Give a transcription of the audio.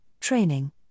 training